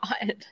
God